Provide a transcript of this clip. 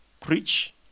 preach